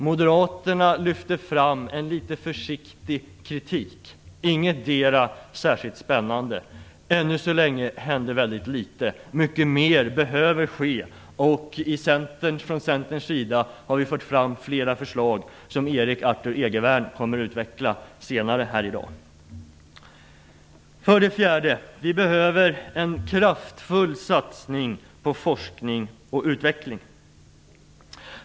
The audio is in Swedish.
Moderaterna lyfter fram en litet försiktig kritik. Ingetdera är särskilt spännande. Ännu så länge händer väldigt litet. Det behöver ske mycket mer. Vi i Centern har fört fram flera förslag som Erik Arthur Egervärn kommer att utveckla senare i dag. För det fjärde behöver vi en kraftfull satsning på forskning och utveckling.